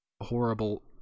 horrible